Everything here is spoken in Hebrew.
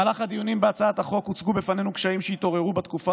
במהלך הדיונים בהצעת החוק הוצגו בפנינו קשיים שהתעוררו בתקופה